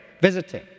visiting